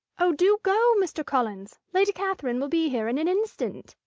oh, do go, mr. collins! lady catherine will be here in an instant!